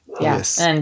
Yes